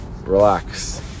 Relax